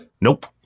Nope